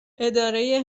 اداره